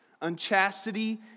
Unchastity